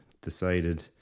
decided